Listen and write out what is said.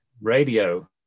radio